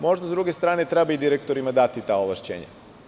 Možda, sa druge strane, treba direktorima dati ta ovlašćenja.